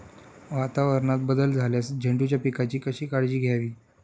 वातावरणात बदल झाल्यास झेंडूच्या पिकाची कशी काळजी घ्यावी?